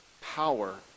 power